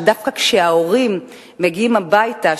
שדווקא כשההורים מגיעים הביתה,